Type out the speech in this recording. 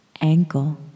ankle